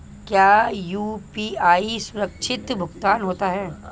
क्या यू.पी.आई सुरक्षित भुगतान होता है?